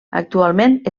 actualment